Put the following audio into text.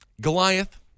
Goliath